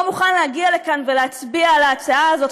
שלא מוכן להגיע לכאן ולהצביע על ההצעה הזאת,